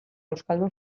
euskalduna